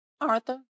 Arthur